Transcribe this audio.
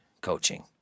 coaching